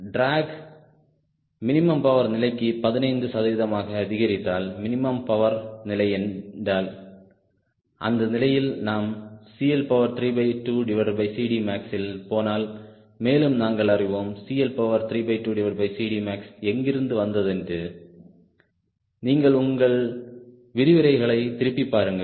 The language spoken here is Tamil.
டிராக் மினிமும் பவர் நிலைக்கு 15 சதவீதமாக அதிகரித்தால் மினிமும் பவர் நிலை என்றால் அந்த நிலையில் நாம் max இல் போனால் மேலும் நாங்கள் அறிவோம் max எங்கிருந்து வந்ததென்று நீங்கள் உங்கள் விரிவுரைகளை திருப்பிப் பாருங்கள்